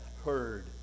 heard